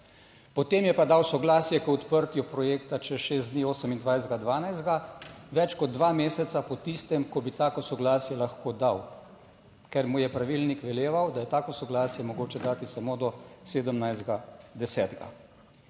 Potem je pa dal soglasje k odprtju projekta čez šest dni, 28. 12., več kot dva meseca po tistem, ko bi tako soglasje lahko dal, ker mu je pravilnik veleval, da je tako soglasje mogoče dati samo do 17. 10.